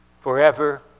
forever